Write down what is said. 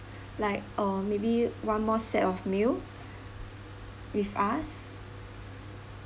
like uh maybe one more set of meal with us